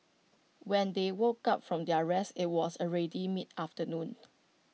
when they woke up from their rest IT was already mid afternoon